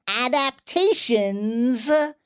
adaptations